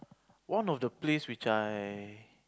one of the place which I